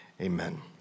amen